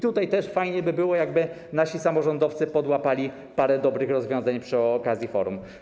Tutaj też fajnie by było, jakby nasi samorządowcy podłapali parę dobrych rozwiązań przy okazji forum.